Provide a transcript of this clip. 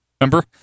Remember